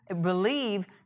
believe